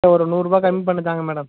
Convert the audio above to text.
ஒரு நூறுரூபா கம்மி பண்ணித் தாங்க மேடம்